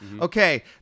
Okay